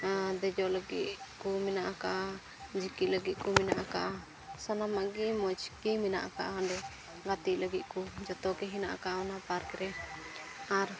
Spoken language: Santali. ᱫᱮᱡᱚᱜ ᱞᱟᱹᱜᱤᱫ ᱠᱚ ᱢᱮᱱᱟᱜ ᱟᱠᱟᱫᱼᱟ ᱡᱤᱠᱤ ᱞᱟᱹᱜᱤᱫ ᱠᱚ ᱢᱮᱱᱟᱜ ᱟᱠᱟᱫᱼᱟ ᱥᱟᱱᱟᱢᱟᱜ ᱜᱮ ᱢᱚᱡᱽ ᱜᱮ ᱢᱮᱱᱟᱜ ᱟᱠᱟᱫᱼᱟ ᱚᱸᱰᱮ ᱜᱟᱛᱮᱜ ᱞᱟᱹᱜᱤᱫ ᱠᱚ ᱡᱚᱛᱚ ᱜᱮ ᱢᱮᱱᱟᱜ ᱟᱠᱟᱫᱼᱟ ᱚᱱᱟ ᱯᱟᱨᱠ ᱨᱮ ᱟᱨ